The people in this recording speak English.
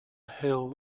hill